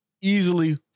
easily